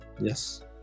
Yes